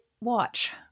watch